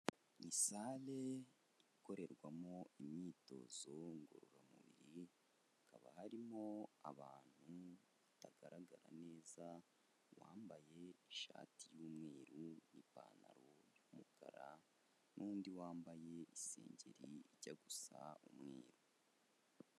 Ni sale ikorerwamo imyitozo ngororamubiri, hakaba harimo abantu batagaragara neza, uwambaye ishati y'umweru, ipantaro y'umukara n'undi wambaye isengeri ijya gusa umweru.